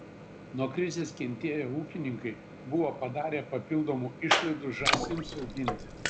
nuo krizės kentėję ūkininkai buvo padarę papildomų išlaidų žąsims auginti